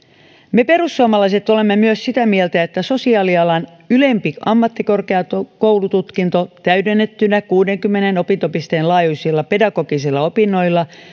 me perussuomalaiset olemme myös sitä mieltä että sosiaalialan ylempi ammattikorkeakoulututkinto täydennettynä kuuteenkymmeneen opintopisteen laajuisilla pedagogisilla opinnoilla